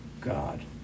God